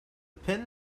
pin